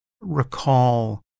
recall